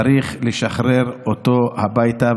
צריך לשחרר אותו הביתה,